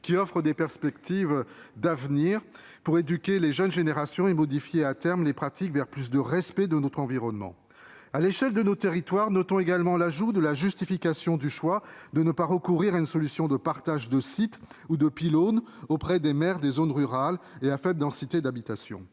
qui offre des perspectives d'avenir pour éduquer les jeunes générations, et modifier à terme les pratiques en faveur d'un plus grand respect de notre environnement. À l'échelle de nos territoires, notons également l'ajout de la justification du choix de ne pas recourir à une solution de partage de site ou de pylône dans les dossiers d'information